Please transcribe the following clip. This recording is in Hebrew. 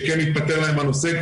שכן ייפטר להם הנושא,